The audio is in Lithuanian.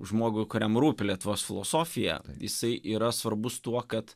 žmogui kuriam rūpi lietuvos filosofija jisai yra svarbus tuo kad